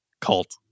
Cult